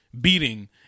beating